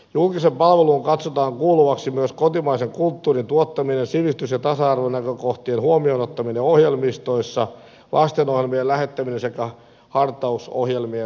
julkiseen palveluun katsotaan kuuluvaksi myös kotimaisen kulttuurin tuottaminen sivistys ja tasa arvonäkökohtien huomioon ottaminen ohjelmistoissa lastenohjelmien lähettäminen sekä hartausohjelmien tarjoaminen